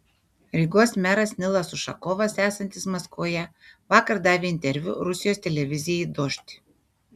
rygos meras nilas ušakovas esantis maskvoje vakar davė interviu rusijos televizijai dožd